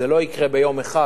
זה לא יקרה ביום אחד,